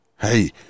hey